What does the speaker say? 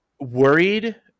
worried